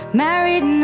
married